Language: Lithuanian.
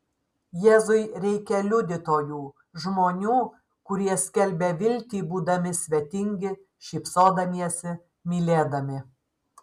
jėzui reikia liudytojų žmonių kurie skelbia viltį būdami svetingi šypsodamiesi mylėdami